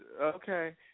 Okay